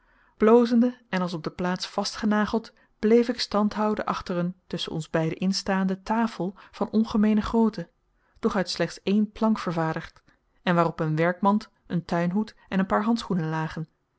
blozende en als op de plaats vastgenageld bleef ik standhouden achter eene tusschen ons beiden in staande tafel van ongemeene grootte doch uit slechts ééne plank vervaardigd en waarop een werkmand een tuinhoed en een paar handschoenen lagen